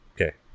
Okay